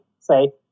say